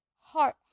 Heart